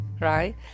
right